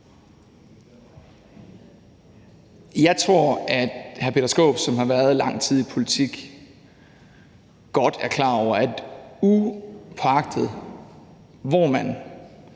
Jeg tror, at hr. Peter Skaarup, som har været lang tid i politik, godt er klar over, at upåagtet hvor man